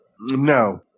No